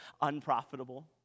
unprofitable